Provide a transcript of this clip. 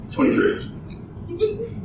Twenty-three